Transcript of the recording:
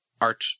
art